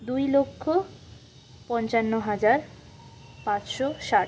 দুই লক্ষ পঞ্চান্ন হাজার পাঁচশো ষাট